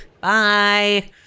bye